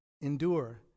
endure